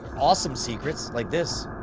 awesome secrets, like this.